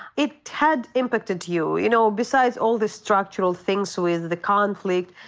it had impacted you, you know besides all the structural things with the conflict,